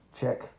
check